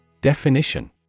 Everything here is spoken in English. Definition